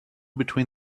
between